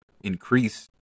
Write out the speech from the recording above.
increase